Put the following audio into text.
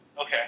Okay